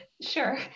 Sure